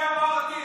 אני אמרתי,